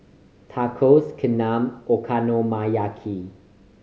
Tacos Kheema Okonomiyaki